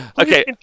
Okay